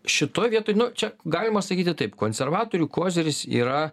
šitoj vietoj nu čia galima sakyti taip konservatorių koziris yra